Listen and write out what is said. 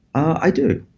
i do.